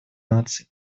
наций